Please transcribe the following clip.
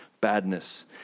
badness